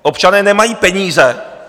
Občané nemají peníze!